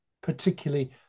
particularly